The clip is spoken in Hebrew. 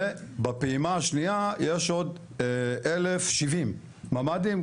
ובפעימה השנייה יש עוד 1070 ממ"דים,